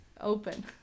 open